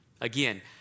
Again